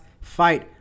fight